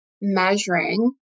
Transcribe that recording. measuring